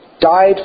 died